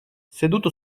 seduto